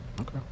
Okay